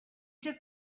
just